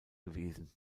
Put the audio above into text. gewesen